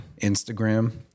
Instagram